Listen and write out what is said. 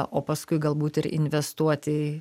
o paskui galbūt ir investuot į